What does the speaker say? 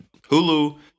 Hulu